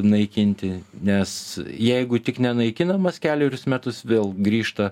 naikinti nes jeigu tik nenaikinamas kelerius metus vėl grįžta